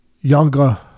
younger